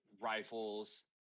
rifles